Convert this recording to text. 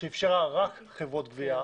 שאפשרה רק חברות גבייה,